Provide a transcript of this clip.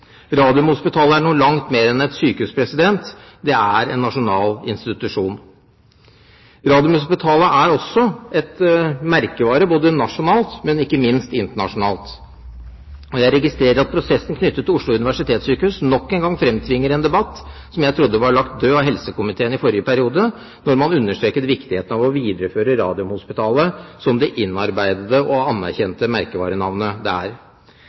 Radiumhospitalet er noe langt mer enn et sykehus. Det er en nasjonal institusjon. Radiumhospitalet er også en merkevare både nasjonalt og ikke minst internasjonalt. Jeg registrerer at prosessen knyttet til Oslo universitetssykehus nok en gang fremtvinger en debatt som jeg trodde var lagt død av helsekomiteen i forrige periode når man understreket viktigheten av å videreføre Radiumhospitalet som det innarbeidede og anerkjente merkevarenavnet det er.